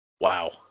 Wow